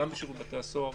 גם בשירות בתי הסוהר,